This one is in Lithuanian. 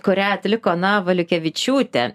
kurią atliko ona valiukevičiūtė